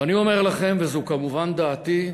ואני אומר לכם, וזו כמובן דעתי,